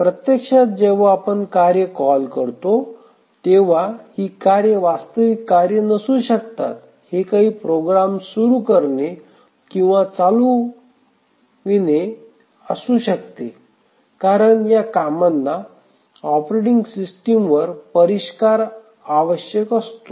प्रत्यक्षात जेव्हा आपण कार्ये कॉल करतो तेव्हा ही कार्ये वास्तविक कार्ये नसू शकतात हे काही प्रोग्राम सुरू करणे किंवा चालविणे असू शकते कारण या कामांना ऑपरेटिंग सिस्टमवर परिष्कार आवश्यक असतो